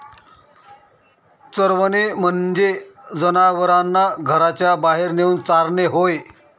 चरवणे म्हणजे जनावरांना घराच्या बाहेर नेऊन चारणे होय